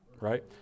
right